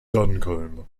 duncombe